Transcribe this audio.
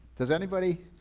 does anybody?